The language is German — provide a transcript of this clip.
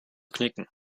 knicken